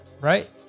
Right